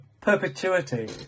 perpetuity